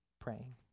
praying